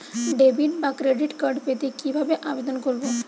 Debit বা credit card পেতে কি ভাবে আবেদন করব?